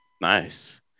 Nice